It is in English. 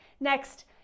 Next